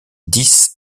dix